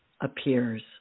appears